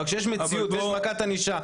אבל כשיש מציאות ויש מכת ענישה,